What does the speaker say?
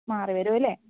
മാറിവരും അല്ലേ